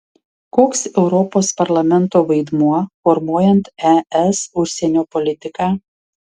koks europos parlamento vaidmuo formuojant es užsienio politiką